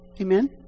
Amen